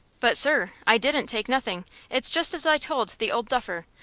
but, sir, i didn't take nothing it's just as i told the old duffer.